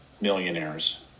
millionaires